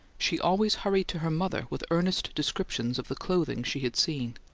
she always hurried to her mother with earnest descriptions of the clothing she had seen.